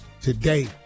today